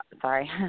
sorry